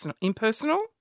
impersonal